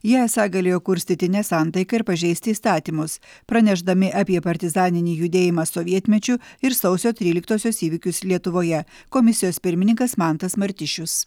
jie esą galėjo kurstyti nesantaiką ir pažeisti įstatymus pranešdami apie partizaninį judėjimą sovietmečiu ir sausio tryliktosios įvykius lietuvoje komisijos pirmininkas mantas martišius